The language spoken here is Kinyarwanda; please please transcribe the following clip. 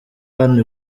hano